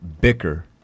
bicker